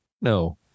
No